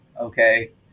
okay